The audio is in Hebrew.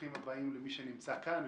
ברוכים הבאים למי שנמצא כאן,